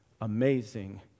amazing